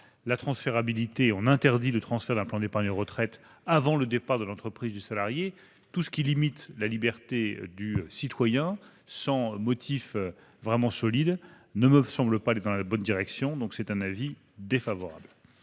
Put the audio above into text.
la transférabilité, en interdisant le transfert d'un plan d'épargne retraite avant le départ de l'entreprise du salarié. Tout ce qui limite la liberté du citoyen sans motif véritablement solide ne me semble pas aller dans la bonne direction. L'avis est donc défavorable.